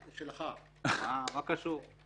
מה קשור?